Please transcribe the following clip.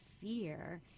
fear